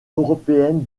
européenne